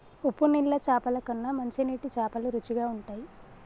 ఉప్పు నీళ్ల చాపల కన్నా మంచి నీటి చాపలు రుచిగ ఉంటయ్